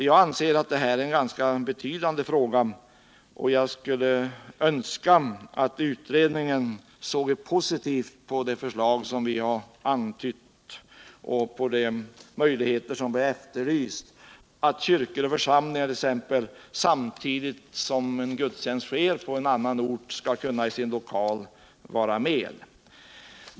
Jag anser att det här är en ganska betydande fråga, och jag skulle önska att utredningen såg positivt på den lösning som vi har antytt och de möjligheter vi har efterlyst, exempelvis att medlemmar i kyrkor och församlingar skall kunna lyssna i en gemensam lokal samtidigt som gudstjänst sker på annan ort.